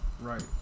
Right